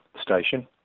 station